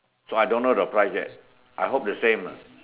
so I don't know the price yet I hope the same lah